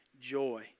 joy